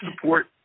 support